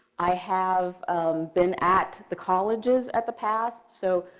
i have been at the colleges at the past. so,